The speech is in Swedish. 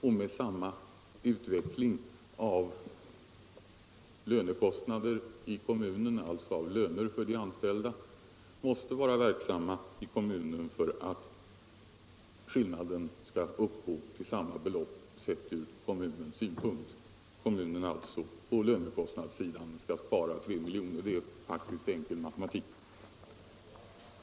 och med samma löneutveckling måste vara verksamma i kommunens tjänst för att skillnaden skall uppgå till samma belopp, sett från kommunens synpunkt. Kommunen skall alltså i lönekostnader spara 3 milj.kr. Det är enkel matematik.